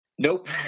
Nope